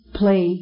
play